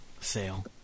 sale